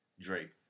Drake